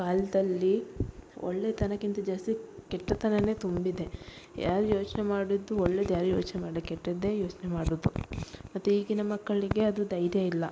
ಕಾಲದಲ್ಲಿ ಒಳ್ಳೆತನಕ್ಕಿಂತ ಜಾಸ್ತಿ ಕೆಟ್ಟತನವೇ ತುಂಬಿದೆ ಯಾರು ಯೋಚನೆ ಮಾಡಿದ್ದು ಒಳ್ಳೇದೆ ಯಾರು ಯೋಚನೆ ಮಾಡಿ ಕೆಟ್ಟದ್ದೇ ಯೋಚನೆ ಮಾಡುವುದು ಮತ್ತೆ ಈಗಿನ ಮಕ್ಕಳಿಗೆ ಅದು ಧೈರ್ಯ ಇಲ್ಲ